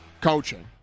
coaching